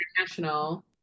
International